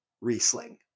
Riesling